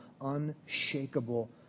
unshakable